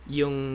yung